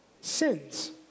sins